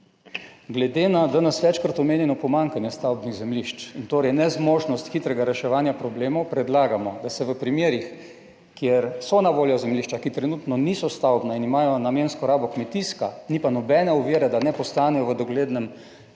Glede na danes večkrat omenjeno pomanjkanje stavbnih zemljišč in torej nezmožnost hitrega reševanja problemov predlagamo, da se v primerih, kjer so na voljo zemljišča, ki trenutno niso stavbna in imajo namensko rabo kmetijska, ni pa nobene ovire, da ne postanejo doglednem